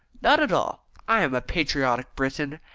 not at all. i am a patriotic briton,